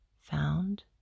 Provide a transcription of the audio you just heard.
found